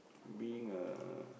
being a